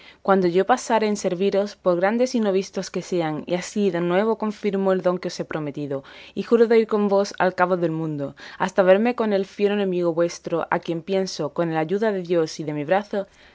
quijotecuantos yo pasare en serviros por grandes y no vistos que sean y así de nuevo confirmo el don que os he prometido y juro de ir con vos al cabo del mundo hasta verme con el fiero enemigo vuestro a quien pienso con el ayuda de dios y de mi brazo